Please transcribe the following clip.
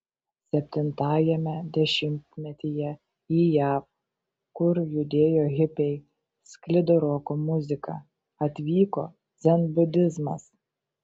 septintajame dešimtmetyje į jav kur judėjo hipiai sklido roko muzika atvyko dzenbudizmas